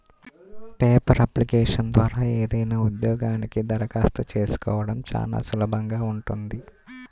paper అప్లికేషన్ల ద్వారా ఏదైనా ఉద్యోగానికి దరఖాస్తు చేసుకోడం చానా సులభంగా ఉంటది